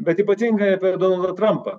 bet ypatingai apie donaldą trampą